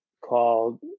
called